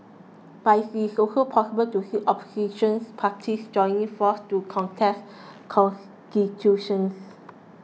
but it is also possible to see Opposition parties joining forces to contest constituencies